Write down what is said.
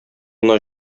гына